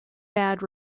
bad